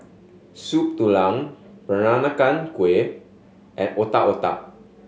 Soup Tulang Peranakan Kueh and Otak Otak